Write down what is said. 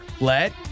let